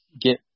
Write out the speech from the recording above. get